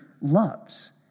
loves